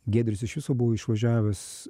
giedrius iš viso buvo išvažiavęs